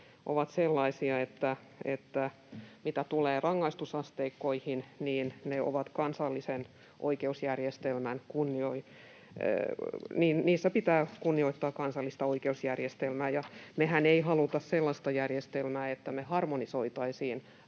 ovat sellaisia — mitä tulee rangaistusasteikkoihin — että niissä pitää kunnioittaa kansallista oikeusjärjestelmää. Mehän ei haluta sellaista järjestelmää, että me harmonisoitaisiin